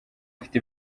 ifite